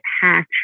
hatch